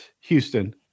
Houston